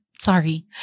Sorry